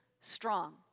strong